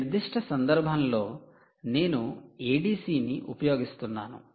ఈ నిర్దిష్ట సందర్భంలో నేను 'ADC' ని ఉపయోగిస్తున్నాను